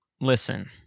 Listen